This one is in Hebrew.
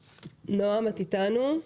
בבקשה.